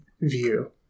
view